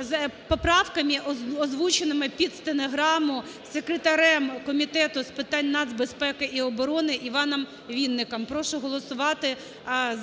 З поправками, озвученими під стенограму секретарем Комітету з питань нацбезпеки і оборони Іваном Вінником. Прошу голосувати